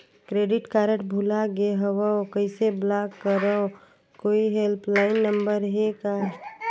Credit card भुला गे हववं कइसे ब्लाक करव? कोई हेल्पलाइन नंबर हे का?